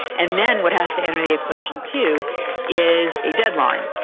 and then what has to enter the equation too is a deadline,